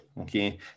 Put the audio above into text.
okay